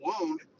wound